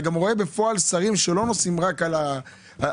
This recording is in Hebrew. אתה גם רואה בפועל שרים שלא נוסעים רק על הטופ,